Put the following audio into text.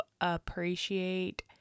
appreciate